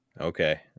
Okay